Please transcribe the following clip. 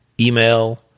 email